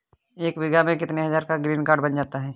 एक बीघा में कितनी हज़ार का ग्रीनकार्ड बन जाता है?